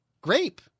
grape